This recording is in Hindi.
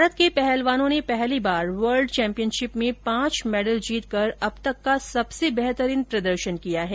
भारत के पहलवानों ने पहली बार वर्ल्ड चैम्पियनशिप में पांच मेडल जीतकर अब तक का सबसे बेहतरीन प्रदर्शन किया है